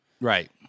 right